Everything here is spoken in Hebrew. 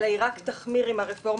אלא היא רק תחמיר עם הרפורמה,